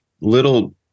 little